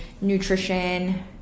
nutrition